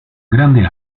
grande